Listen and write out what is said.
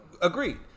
Agreed